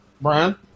Brian